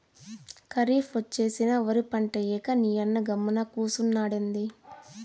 కరీఫ్ ఒచ్చేసినా ఒరి పంటేయ్యక నీయన్న గమ్మున కూసున్నాడెంది